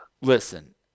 Listen